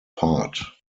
part